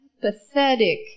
pathetic